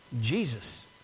Jesus